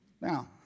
Now